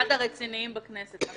אחד הרציניים בכנסת.